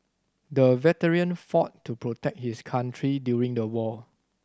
the veteran fought to protect his country during the war